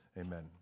Amen